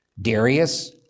Darius